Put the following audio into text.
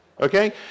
Okay